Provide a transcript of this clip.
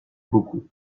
beaucoup